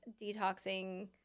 detoxing